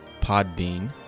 Podbean